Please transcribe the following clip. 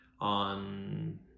on